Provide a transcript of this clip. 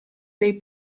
dei